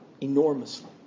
enormously